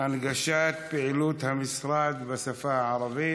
הנגשת פעילות המשרד בשפה הערבית.